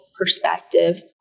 perspective